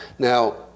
Now